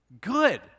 good